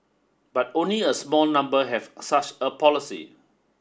but only a small number have such a policy